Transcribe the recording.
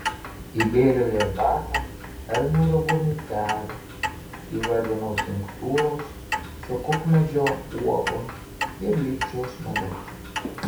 įbėriau į arbatą elnio ragų miltelių įvarvinau tinktūros su kukmedžio uogom ir lipčiaus medaus